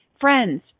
Friends